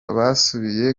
basubiye